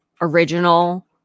original